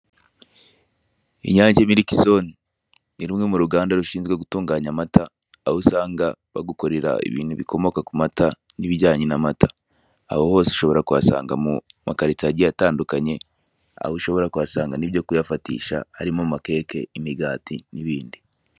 Inyange mirike zone ni rumwe ruganda rushinzwe gutunganya amata, aho usanga bagukorera ibintu bikomoka kumata nibijyanye n'amata. Aho hose ushobora kuhasanga mu makarito agiye atandukanye, aho ushobora kuhasanga n'ibyo kuyafatisha , harimo amakeke ,imigati n'ibindi,...